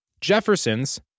Jefferson's